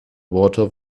water